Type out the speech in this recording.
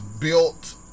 built